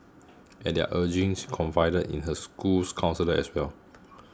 at their urging she confided in her school's counsellor as well